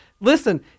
Listen